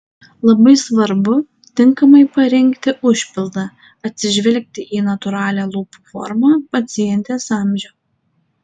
labai svarbu tinkamai parinkti užpildą atsižvelgti į natūralią lūpų formą pacientės amžių